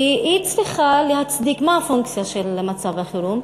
כי היא צריכה להצדיק, מה הפונקציה של מצב החירום?